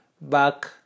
back